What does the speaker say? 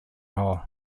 hole